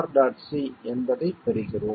c என்பதை பெறுகிறோம்